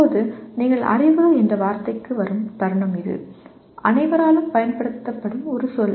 இப்போது நீங்கள் அறிவு என்ற வார்த்தைக்கு வரும் தருணம் இது அனைவராலும் பயன்படுத்தப்படும் ஒரு சொல்